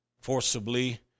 forcibly